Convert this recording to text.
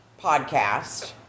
podcast